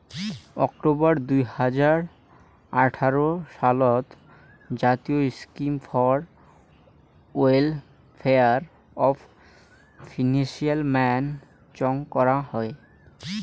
October দুই হাজার আঠারো সালত জাতীয় scheme for welfare of fishermen চং করং হই